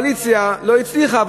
הקואליציה לא הצליחה,